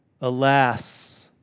Alas